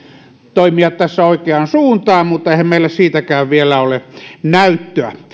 toimia tässä oikeaan suuntaan mutta eihän meillä siitäkään vielä ole näyttöä